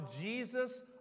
Jesus